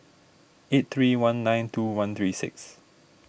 eight three one nine two one three six